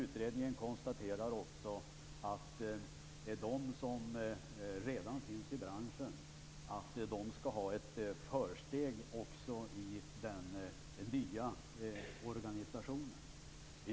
Utredningen konstaterar också att de som redan finns i branschen också skall ha ett försteg i den nya organisationen.